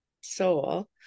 soul